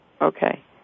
Okay